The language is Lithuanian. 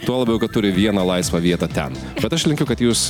tuo labiau kad turi vieną laisvą vietą ten bet aš linkiu kad jūs